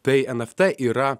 tai nft yra